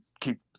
keep